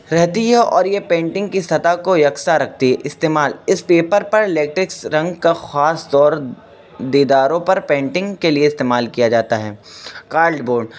رہتی ہے اور یہ پینٹنگ کی سطح کو یکساں رکھتی ہے استعمال اس پیپر پر لیٹکس رنگ کا خاص طور دیداروں پر پینٹنگ کے لیے استعمال کیا جاتا ہے کالڈ بوڈ